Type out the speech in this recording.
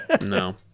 no